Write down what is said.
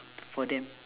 for them